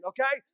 Okay